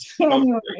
january